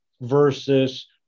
versus